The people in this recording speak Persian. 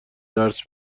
درس